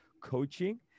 coaching